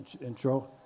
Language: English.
intro